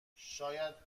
شاید